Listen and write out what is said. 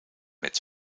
met